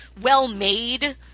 well-made